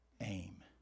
aim